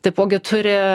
taipogi turi